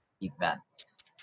events